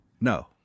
No